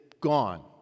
gone